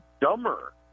dumber